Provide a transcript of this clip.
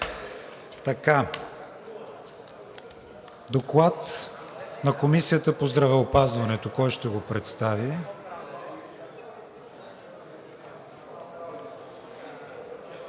Доклад на Комисията по здравеопазването. Кой ще го представи?